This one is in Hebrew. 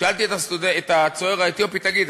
שאלתי את הצוער האתיופי: תגיד,